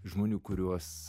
žmonių kuriuos